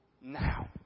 now